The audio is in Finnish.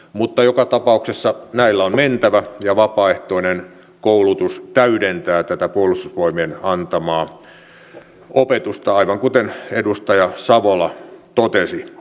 mutta joka tapauksessa näillä on mentävä ja vapaaehtoinen koulutus täydentää tätä puolustusvoimien antamaa opetusta aivan kuten edustaja savola totesi